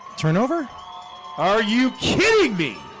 turnover are you kidding me?